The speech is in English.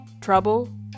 Trouble